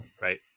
right